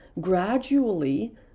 gradually